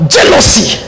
Jealousy